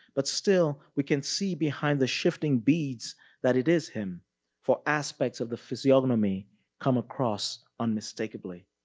but still we can see behind the shifting beads that it is him for aspects of the physiognomy come across unmistakably.